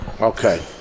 Okay